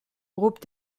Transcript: groupe